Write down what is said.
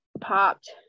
popped